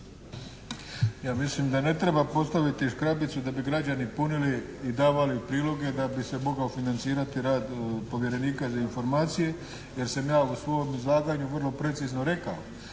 Ja mislim da ne treba postaviti škrabicu da bi građani punili i davali priloge da bi se mogao financirati rad povjerenika za informacije, jer sam ja u svom izlaganju vrlo precizno rekao